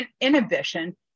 inhibition